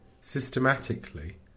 systematically